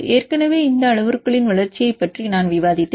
ஏற்கனவே இந்த அளவுருக்களின் வளர்ச்சியைப் பற்றி நான் விவாதித்தேன்